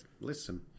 listen